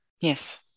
yes